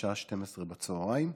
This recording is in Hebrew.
בשעה 12:00,